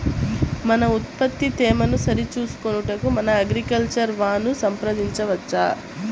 మన ఉత్పత్తి తేమను సరిచూచుకొనుటకు మన అగ్రికల్చర్ వా ను సంప్రదించవచ్చా?